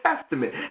Testament